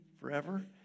forever